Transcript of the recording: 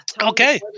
okay